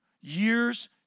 years